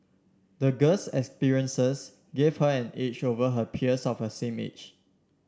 the girl's experiences gave her an edge over her peers of a same age